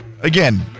Again